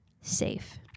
safe